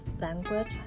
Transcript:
language